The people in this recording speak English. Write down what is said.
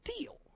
deal